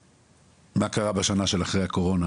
מה קרה בשנה של אחרי הקורונה